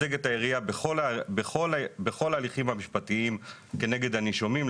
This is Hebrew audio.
לייצג את העירייה בכל ההליכים המשפטיים כנגד הנישומים,